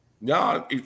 No